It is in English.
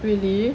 really